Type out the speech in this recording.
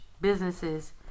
businesses